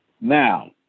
Now